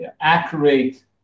accurate